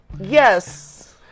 yes